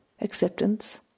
acceptance